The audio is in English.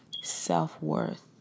self-worth